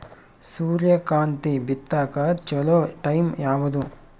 ಸೂರ್ಯಕಾಂತಿ ಬಿತ್ತಕ ಚೋಲೊ ಟೈಂ ಯಾವುದು?